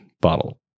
bottle